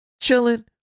chilling